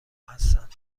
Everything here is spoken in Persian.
هستند